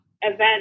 event